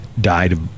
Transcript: died